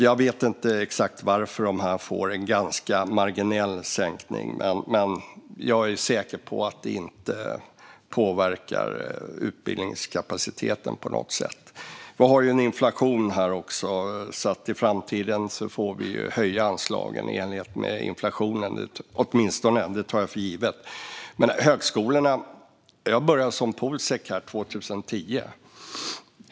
Jag vet inte exakt varför de tolv får denna ganska marginella sänkning, men jag är säker på att det inte påverkar utbildningskapaciteten på något sätt. Vi har dessutom inflation. I framtiden får anslagen höjas i enlighet med inflationen - det tar jag åtminstone för givet. Jag började som politisk sekreterare här 2010.